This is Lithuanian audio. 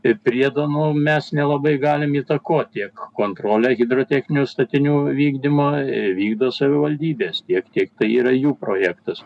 ir priedo nu mes nelabai galim įtakot tiek kontrolę hidrotechninių statinių vykdymo vykdo savivaldybės tiek tiek tai yra jų projektas